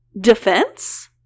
defense